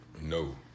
No